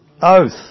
Oath